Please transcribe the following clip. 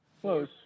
Close